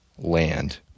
land